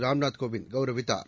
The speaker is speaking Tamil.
ராம்நாத் கோவிந்த் கௌரவித்தார